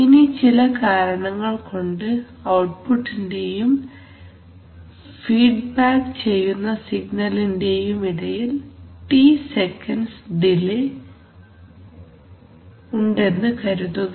ഇനി ചില കാരണങ്ങൾ കൊണ്ട് ഔട്ട്പുട്ടിന്റെയും ഫീഡ്ബാക്ക് ചെയ്യുന്ന സിഗ്നലിന്റെയും ഇടയിൽ T സെക്കൻഡ്സ് ഡിലെ ഉണ്ടെന്ന് കരുതുക